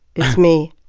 it's me.